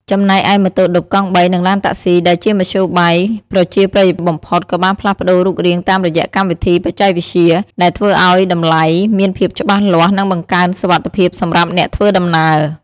ចំណែកឯ ម៉ូតូឌុប កង់បី និងឡានតាក់ស៊ី ដែលជាមធ្យោបាយប្រជាប្រិយបំផុត ក៏បានផ្លាស់ប្ដូររូបរាងតាមរយៈកម្មវិធីបច្ចេកវិទ្យា ដែលធ្វើឱ្យតម្លៃមានភាពច្បាស់លាស់ និងបង្កើនសុវត្ថិភាពសម្រាប់អ្នកធ្វើដំណើរ។